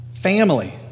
family